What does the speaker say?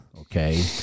okay